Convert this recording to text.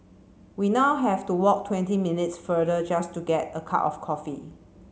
we now have to walk twenty minutes further just to get a cup of coffee